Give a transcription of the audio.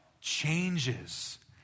Changes